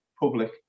public